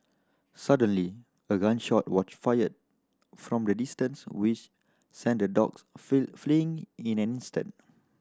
suddenly a gun shot was fired from a distance which sent the dogs fleeing in an instant